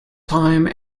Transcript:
time